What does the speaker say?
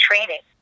Training